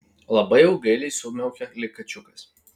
labai jau gailiai sumiaukė lyg kačiukas